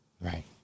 Right